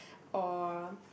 or